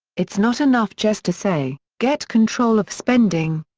it's not enough just to say, get control of spending.